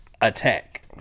attack